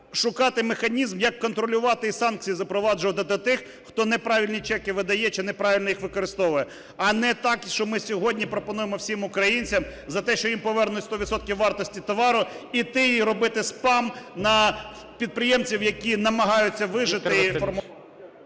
шукати механізм як контролювати і санкції запроваджувати до тих, хто неправильні чеки видає чи неправильно їх використовує. А не так, що ми сьогодні пропонуємо всім українцям за те, що їм повернуть 100 відсотків вартості товару іти і робити спам на підприємців, які намагаються вижити і…